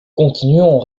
continuons